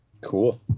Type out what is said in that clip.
Cool